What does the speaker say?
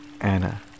Anna